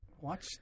watch